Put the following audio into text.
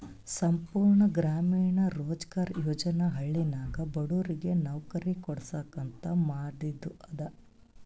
ಸಂಪೂರ್ಣ ಗ್ರಾಮೀಣ ರೋಜ್ಗಾರ್ ಯೋಜನಾ ಹಳ್ಳಿನಾಗ ಬಡುರಿಗ್ ನವ್ಕರಿ ಕೊಡ್ಸಾಕ್ ಅಂತ ಮಾದಿದು ಅದ